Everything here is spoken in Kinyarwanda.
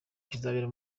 kizabera